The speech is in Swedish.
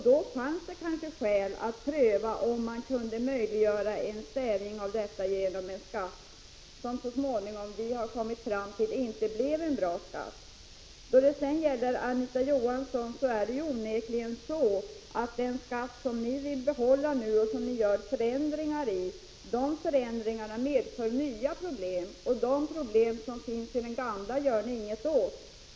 Då fanns det kanske skäl att pröva om man kunde stävja detta genom en skatt, som emellertid — vi har kommit fram till det så småningom — inte blev en bra skatt. Det är onekligen så, Anita Johansson, när det gäller den skatt som ni vill behålla och som ni gör förändringar i, att dessa förändringar medför nya problem. De gamla problemen med skatten gör ni ingenting åt.